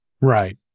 right